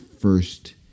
first